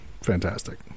fantastic